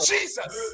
Jesus